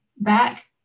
back